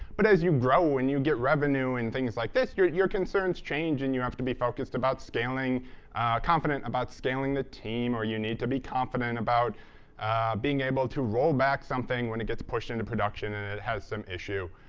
but as you grow and you get revenue and things like this, your concerns change and you have to be focused about scaling confident about scaling the team, or you need to be confident about being able to roll back something when it gets pushed into production and it has some issue.